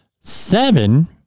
seven